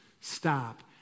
Stop